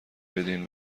بدین